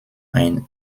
ein